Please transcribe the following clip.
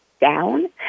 down